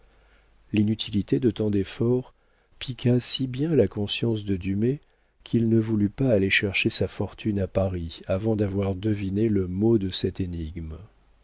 l'inutilité de tant d'efforts piqua si bien la conscience de dumay qu'il ne voulut pas aller chercher sa fortune à paris avant d'avoir deviné le mot de cette énigme